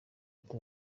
ati